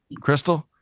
Crystal